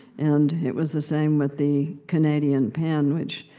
and it was the same with the canadian pen, which